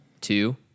two